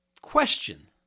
question